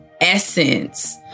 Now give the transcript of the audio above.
essence